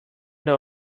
der